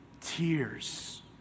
Tears